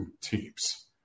teams